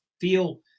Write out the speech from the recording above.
feel